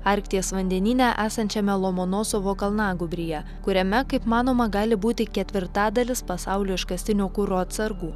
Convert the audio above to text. arkties vandenyne esančiame lomonosovo kalnagūbryje kuriame kaip manoma gali būti ketvirtadalis pasaulio iškastinio kuro atsargų